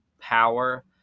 power